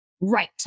right